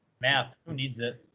math. who needs it?